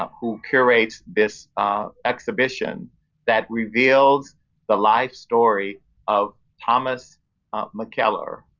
um who curates this exhibition that reveals the life story of thomas mckellar,